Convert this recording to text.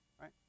right